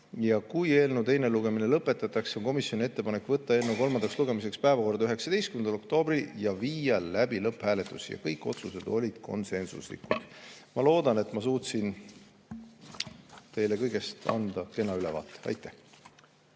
Kui eelnõu teine lugemine lõpetatakse, on komisjoni ettepanek võtta eelnõu kolmandaks lugemiseks päevakorda 19. oktoobril ja viia läbi lõpphääletus. Kõik otsused olid konsensuslikud. Ma loodan, et ma suutsin teile kõigest anda kena ülevaate. Aitäh!